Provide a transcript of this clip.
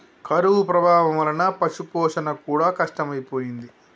కరువు ప్రభావం వలన పశుపోషణ కూడా కష్టమైపోయింది